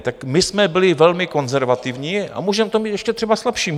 Tak my jsme byli velmi konzervativní a můžeme to mít ještě třeba slabší.